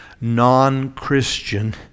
non-Christian